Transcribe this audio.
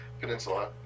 Peninsula